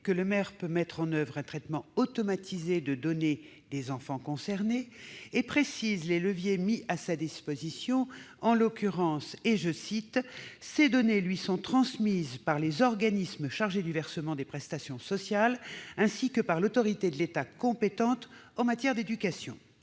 que le maire peut mettre en oeuvre un traitement automatisé de données des enfants concernés et précise les leviers mis à sa disposition. En l'occurrence, je cite l'article L. 131-6 : ces données « lui sont transmises par les organismes chargés du versement des prestations [sociales] ainsi que par l'autorité de l'État compétente en matière d'éducation ».